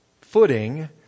footing